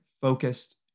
focused